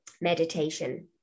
meditation